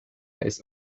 ist